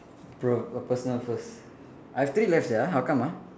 bro a personal first I have three left sia how come ah